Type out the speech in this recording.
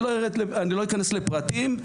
אני לא אכנס לפרטים,